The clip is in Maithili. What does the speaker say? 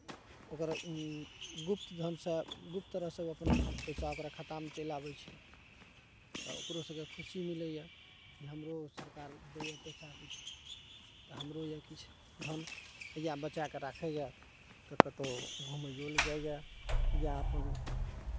ओकर गुप्त धनसँ गुप्त तरहसँ ओ अपन पैसा ओकरा खत्म चैल आबै छै तऽ ओकरो सबके खुशी मिलैयै कि हमरो सरकार दैया पैसा किछु तऽ हमरो यऽ किछु धन या बचै कऽ राखैया तऽ कतौ घुमैयो लऽ जाइया अपन